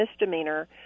misdemeanor